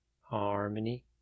Harmony